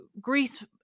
Greece